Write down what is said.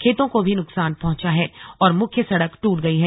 खेतों को भी नुकसान पहुंचा है और मुख्य सड़क ट्रट गयी है